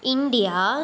India